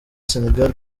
senegal